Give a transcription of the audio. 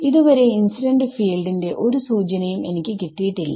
ഇതുവരെ incident field ന്റെ ഒരു സൂചനയും എനിക്ക് കിട്ടിയിട്ടില്ല